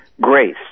Grace